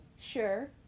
sure